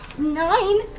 nine?